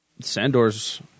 Sandor's